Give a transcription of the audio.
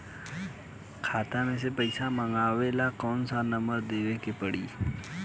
खाता मे से पईसा मँगवावे ला कौन नंबर देवे के पड़ी?